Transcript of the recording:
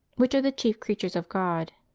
which are the chief creatures of god?